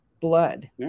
blood